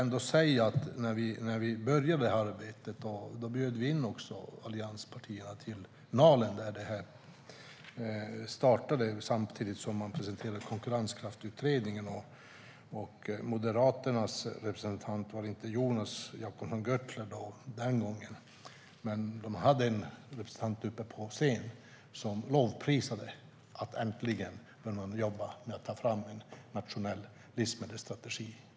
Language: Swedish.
När vi påbörjade arbetet bjöd vi in allianspartierna till Nalen där detta startade samtidigt som man presenterade Konkurrenskraftsutredningens arbete, och den gången var inte Jonas Jacobsson Gjörtler Moderaternas representant. Men de hade en representant uppe på scenen som lovprisade att man äntligen började jobba med att ta fram en nationell livsmedelsstrategi.